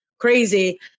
crazy